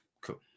cool